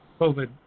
COVID